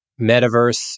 metaverse